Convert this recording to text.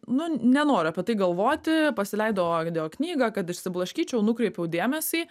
nu nenoriu apie tai galvoti pasileidau audio knygą kad išsiblaškyčiau nukreipiau dėmesį